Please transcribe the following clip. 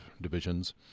divisions